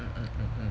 mm mm mm mm